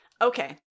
Okay